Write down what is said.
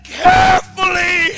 carefully